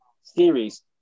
series